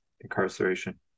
incarceration